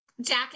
Jack